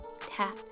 tap